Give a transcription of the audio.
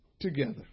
together